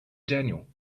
daniel